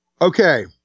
Okay